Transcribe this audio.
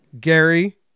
Gary